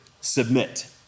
submit